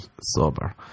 sober